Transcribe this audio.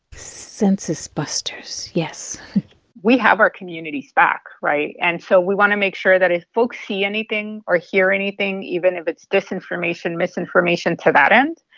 census busters, yes we have our community's back, right? and so we want to make sure that if folks see anything or hear anything, even if it's disinformation, misinformation to that end,